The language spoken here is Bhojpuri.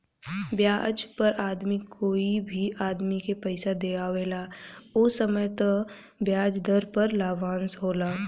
ब्याज पर आदमी कोई भी आदमी के पइसा दिआवेला ओ समय तय ब्याज दर पर लाभांश होला